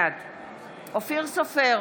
בעד אופיר סופר,